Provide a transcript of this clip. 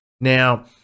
now